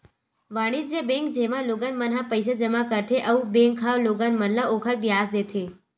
वाणिज्य बेंक, जेमा लोगन मन ह पईसा जमा करथे अउ बेंक ह लोगन मन ल ओखर बियाज देथे